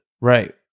Right